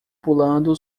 pulando